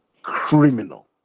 criminal